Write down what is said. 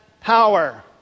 power